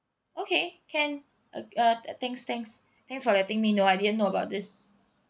okay can uh uh thanks thanks thanks for letting me know I didn't know about this